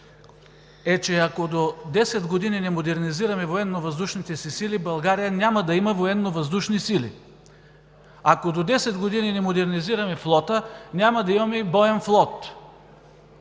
е, че ако до десет години не модернизираме Военновъздушните си сили, България няма да има военновъздушни сили; ако до десет години не модернизираме Флота, няма да имаме и боен флот.